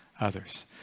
others